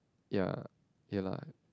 ya ya lah